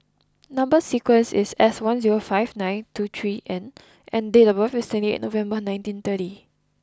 number sequence is S one zero five nine two three N and date of birth is twenty eight November ninety thirty